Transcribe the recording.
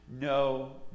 No